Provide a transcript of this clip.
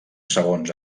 segons